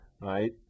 right